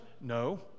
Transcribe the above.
No